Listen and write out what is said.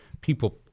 people